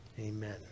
amen